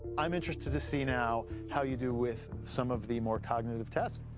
i'm interested to see now how you do with some of the more cognitive tests.